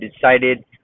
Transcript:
decided